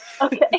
Okay